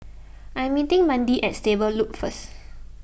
I am meeting Mandie at Stable Loop first